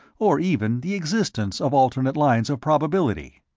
or even the existence of alternate lines of probability.